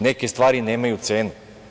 Neka stvari nemaju cenu.